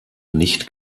nicht